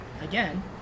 again